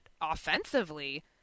offensively